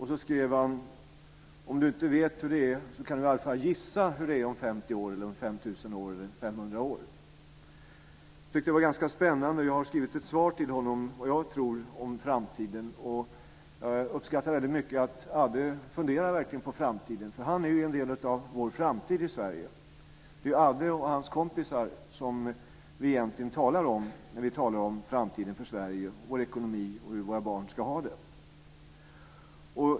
Han skriver: Om du inte vet hur det är kan du i alla fall gissa hur det är om 50 år, 500 eller 5 000 Jag tycker att det var ganska spännande. Jag har skrivit ett svar till honom om vad jag tror om framtiden. Jag uppskattar väldigt mycket att Adde verkligen funderar på framtiden, för han är en del av vår framtid i Sverige. Det är Adde och hans kompisar som vi egentligen talar om när vi talar om framtiden för Sverige, vår ekonomi och hur våra barn ska ha det.